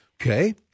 Okay